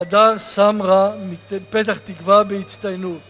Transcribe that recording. אדר סמרה מפתח תקווה בהצטיינות.